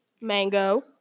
mango